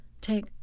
Take